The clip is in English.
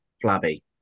flabby